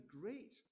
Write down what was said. great